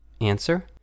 Answer